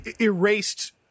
erased